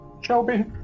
Shelby